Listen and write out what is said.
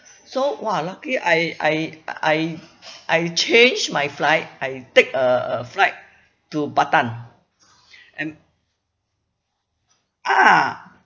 so !wah! luckily I I uh I I changed my flight I take a a flight to batam and ah